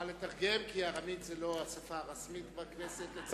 בבקשה לתרגם, כי ארמית היא לא השפה הרשמית בכנסת.